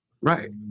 Right